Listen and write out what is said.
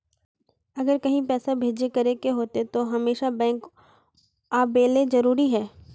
अगर कहीं पैसा भेजे करे के होते है तो हमेशा बैंक आबेले जरूरी है?